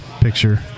picture